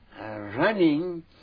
running